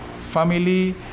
family